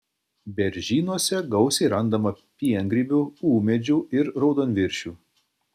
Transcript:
beržynuose gausiai randama piengrybių ūmėdžių ir raudonviršių